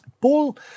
Paul